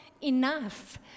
enough